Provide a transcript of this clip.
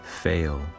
fail